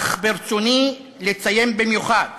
אך ברצוני לציין במיוחד